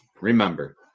remember